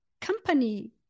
company